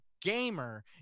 gamer